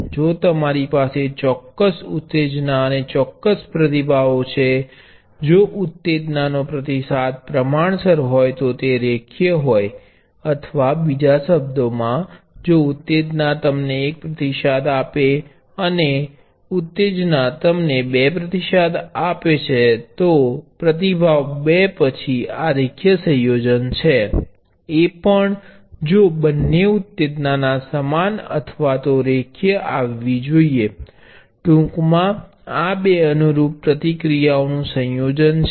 જો તમારી પાસે ચોક્કસ ઉત્તેજના અને ચોક્કસ પ્રતિભાવો છે જો ઉત્તેજનાનો પ્રતિસાદ પ્રમાણસર હોય તો તે રેખીય હોય અથવા બીજા શબ્દોમાં જો ઉત્તેજના તમને એક પ્રતિસાદ આપે છે ઉત્તેજના તમને બે પ્રતિસાદ આપે છે જો પ્રતિભાવ બે પછી આ રેખીય સંયોજન એ પણ જો બંને ઉત્તેજના ના સમાન અથવા તો રેખીય આવવી જોઈએ ટુંકમા આ બે અનુરૂપ પ્રતિક્રિયાઓ નું સંયોજન છે